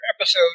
episode